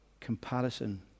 comparison